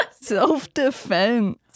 self-defense